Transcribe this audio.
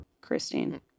Christine